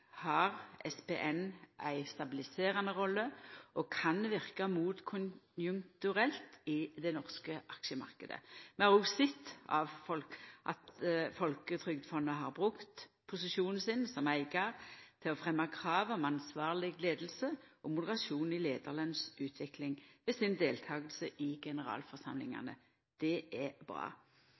har SPN ei stabiliserande rolle og kan verka motkonjunkturelt i den norske aksjemarknaden. Vi har òg sett at Folketrygdfondet har brukt sin posisjon som eigar til å fremja krav om ansvarleg leiing og moderasjon i leiarlønsutviklinga ved si deltaking i generalforsamlingane. Det er bra.